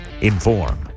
Inform